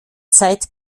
zeit